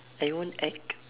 I don't want act